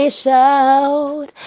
shout